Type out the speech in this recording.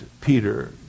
Peter